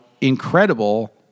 incredible